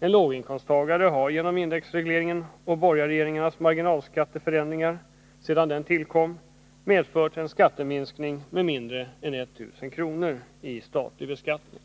En låginkomsttagare har genom indexregleringen och borgarregeringarnas marginalskatteförändringar fått en skatteminskning med mindre än 1 000 kr. i statlig beskattning.